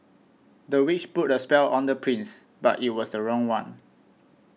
the witch put a spell on the prince but it was the wrong one